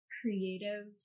creative